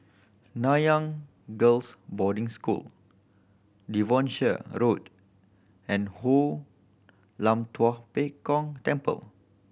Nanyang Girls' Boarding School Devonshire Road and Hoon Lam Tua Pek Kong Temple